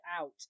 out